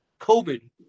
COVID